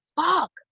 fuck